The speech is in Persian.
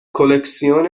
کلکسیون